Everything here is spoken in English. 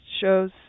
shows